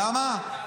למה?